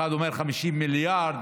אחד אומר 50 מיליארד,